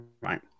right